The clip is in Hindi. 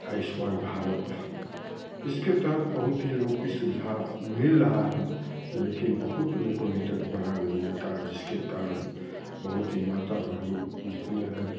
आयुष्मान भारत इसके तहत बहुत ही लोग की सुविधा मिल रहा है लेकिन बहुत लोगों को अभी तक बना नहीं है कार्ड जिसके कारण बहुत ही माता बहनों जितने है